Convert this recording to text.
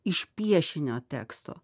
iš piešinio teksto